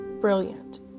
brilliant